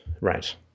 right